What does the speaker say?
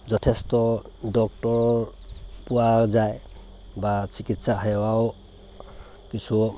যথেষ্ট ডক্তৰ পোৱা যায় বা চিকিৎসা সেৱাও কিছু